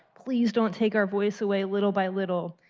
please don't take our voice away little by little,